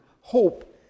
hope